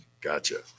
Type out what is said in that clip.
Gotcha